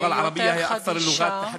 השפה הערבית היא היותר-חדישה,